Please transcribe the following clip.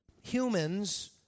humans